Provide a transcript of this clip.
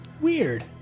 Weird